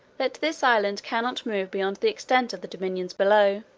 that this island cannot move beyond the extent of the dominions below,